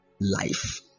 life